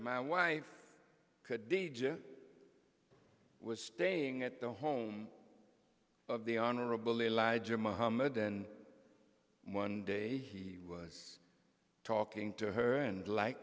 my wife could dejah was staying at the home of the honorable elijah muhammad and one day he was talking to her and like